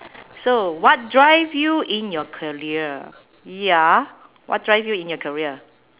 so what drive you in your career ya what drive you in your career